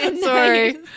Sorry